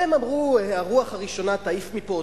הם אמרו: הרוח הראשונה תעיף אתכם מפה,